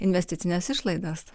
investicines išlaidas